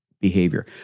Behavior